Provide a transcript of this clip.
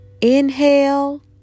Inhale